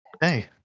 Hey